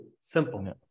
simple